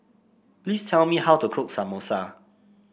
please tell me how to cook Samosa